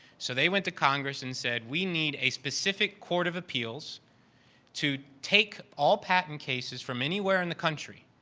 so, they went to congress and said, we need a specific court of appeals to take all patent cases from anywhere in the country.